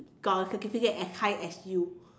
got a certificate as high as you